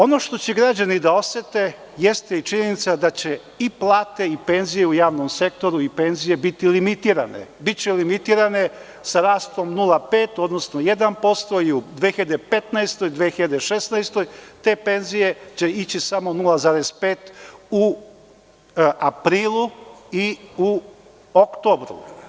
Ono što će građani da osete jeste činjenica da će plate u javnom sektoru i penzije biti limitirane sa rastom od 0,5, odnosno 1% i u 2015, 2016. godini te penzije će ići samo 0,5% u aprilu i u oktobru.